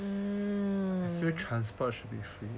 I feel transport should be free